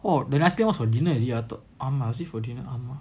orh the rescuers for dinner is it ah !alamak! is it for dinner !alamak!